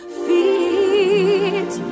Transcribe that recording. feet